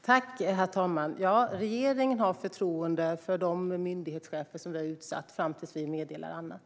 Herr talman! Ja, regeringen har förtroende för de myndighetschefer som vi har utsett fram tills att vi meddelar annat.